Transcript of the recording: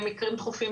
למקרים דחופים,